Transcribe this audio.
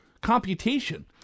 computation